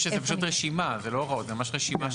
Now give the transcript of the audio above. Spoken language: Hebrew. יש שם פשוט רשימה, זו ממש רשימה.